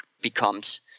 becomes